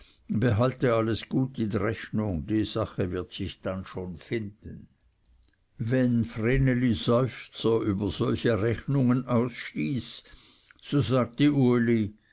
behalte alles gut in rechnung die sache wird sich dann schon finden wenn vreneli seufzer über solche rechnungen ausstieß so sagte uli